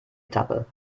etappe